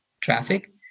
traffic